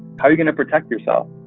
how are you going to protect yourself?